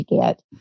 get